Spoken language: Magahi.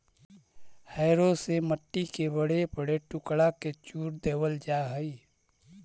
हैरो से मट्टी के बड़े बड़े टुकड़ा के चूर देवल जा हई